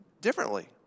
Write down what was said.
differently